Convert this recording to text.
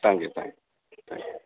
thank you thank you thanks